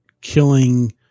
killing